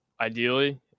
ideally –